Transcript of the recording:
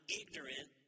ignorant